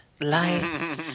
light